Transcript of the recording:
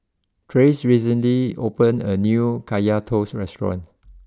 Trace recently opened a new Kaya Toast restaurant